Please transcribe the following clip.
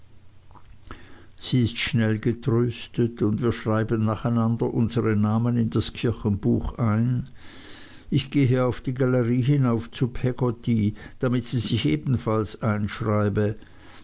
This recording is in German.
sie ist schnell getröstet und wir schreiben nacheinander unsere namen in das kirchenbuch ein ich gehe auf die galerie hinauf zu peggotty damit sie sich ebenfalls einschreibe